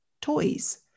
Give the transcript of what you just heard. toys